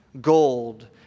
gold